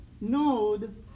node